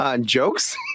jokes